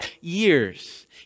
years